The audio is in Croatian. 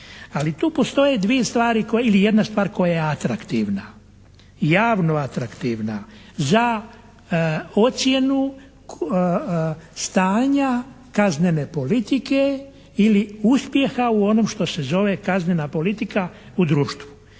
Ali tu postoje dvije stvari koje, ili jedna stvar koja je atraktivna, javno atraktivna. Ja ocjenu stanja kaznene politike ili uspjeha u onom što se zove kaznena politika u društvu.